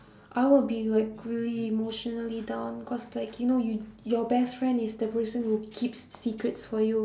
I would be like really emotionally down cause like you know you your best friend is the person who keeps secrets for you